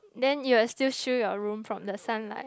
then you're still shield your room from the sunlight